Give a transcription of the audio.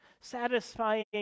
satisfying